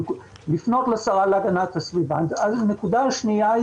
הנקודה השנייה,